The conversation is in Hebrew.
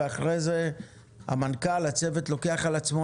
אחרי זה הצוות בראשות מנכ"ל המשרד הרלוונטי לוקח על עצמו